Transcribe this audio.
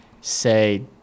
say